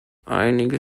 einige